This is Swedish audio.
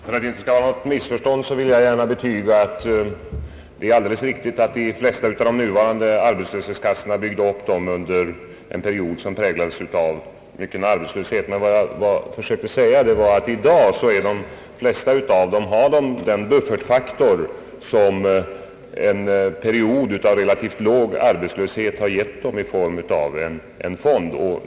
Herr talman! För att det inte skall bli något missförstånd mellan herr Geijer och mig vill jag gärna betyga, att det är alldeles riktigt att de flesta av de nuvarande arbetslöshetskassorna byggdes upp under en period som präglades av mycket stor arbetslöshet. Vad jag försökte säga var, att i dag så har de flesta av dem den buffertfaktor i form av fonder, som en period av relativt låg arbetslöshet har givit dem.